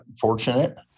fortunate